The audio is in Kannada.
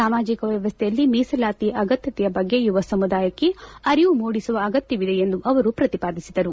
ಸಾಮಾಜಿಕ ವ್ಯವಸ್ಥೆಯಲ್ಲಿ ಮೀಸಲಾತಿಯ ಅಗತ್ಯತೆಯ ಬಗ್ಗೆ ಯುವ ಸಮುದಾಯಕ್ಕೆ ಅರಿವು ಮೂಡಿಸುವ ಅಗತ್ಯವಿದೆ ಎಂದು ಅವರು ಪ್ರತಿಪಾದಿಸಿದರು